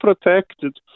protected